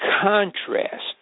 contrast